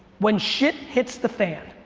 when shit hits the fan,